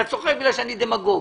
אתה צוחק כי אני דמגוג.